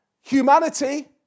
humanity